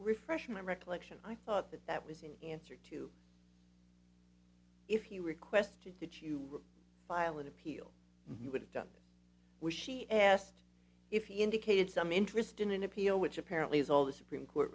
refresh my recollection i thought that that was in answer to if you requested it you were file an appeal you would have done it was she asked if he indicated some interest in an appeal which apparently is all the supreme court